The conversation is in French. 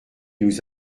nous